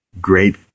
great